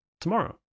tomorrow